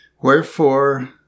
Wherefore